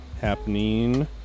happening